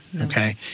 okay